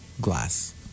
glass